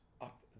up